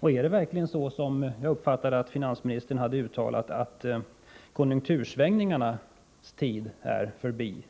Och är det verkligen så, som jag uppfattade att finansministern hade uttalat, att konjunktursvängningarnas tid är förbi?